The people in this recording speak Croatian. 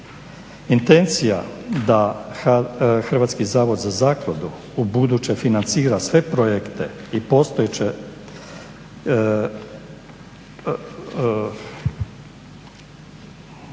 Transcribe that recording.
Intencija da Hrvatski zavod za zakladu ubuduće financira sve projekte treba,